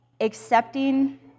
accepting